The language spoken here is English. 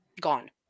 Gone